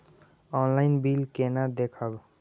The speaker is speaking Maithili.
ऑनलाईन बिल केना देखब?